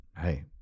Hey